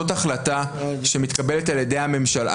זאת החלטה שמתקבלת על ידי הממשלה.